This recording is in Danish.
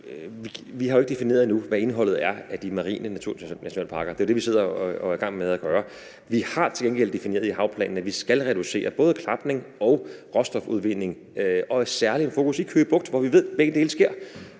Vi har jo endnu ikke defineret, hvad indholdet af de marine naturnationalparker er; det er jo det, vi sidder og er i gang med at gøre. Vi har til gengæld defineret i havplanen, at vi skal reducere både klapningen og råstofudvindingen og særlig have et fokus i Køge Bugt, hvor vi ved at begge dele sker.